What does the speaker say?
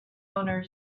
owner